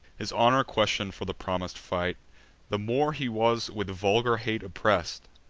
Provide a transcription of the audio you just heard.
his honor question'd for the promis'd fight the more he was with vulgar hate oppress'd,